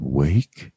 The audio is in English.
wake